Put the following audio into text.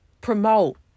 promote